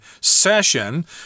session